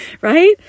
Right